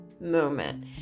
moment